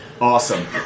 Awesome